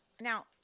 Now